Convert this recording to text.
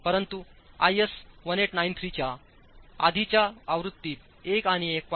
परंतु आयएस 1893 च्या आधीच्या आवृत्तीत 1 आणि 1